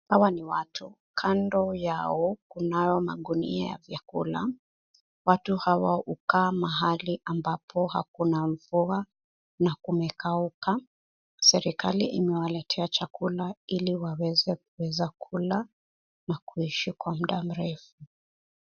Hawa ni waru. Kando yao kunao magunia ya vyakula. Watu hawa hukaa mahali ambapo hakuna mvua na kumekauka. Serikali imewaletea chakula ili waweze kuweza kula na kuishi kwa mda mrefu.